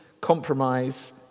compromise